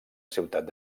ciutat